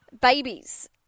babies